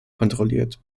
kontrolliert